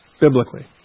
Biblically